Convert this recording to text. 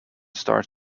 start